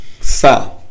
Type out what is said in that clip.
sa